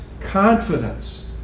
confidence